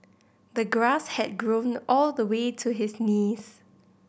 the grass had grown all the way to his knees